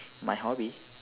my hobby